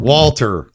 Walter